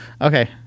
Okay